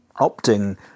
opting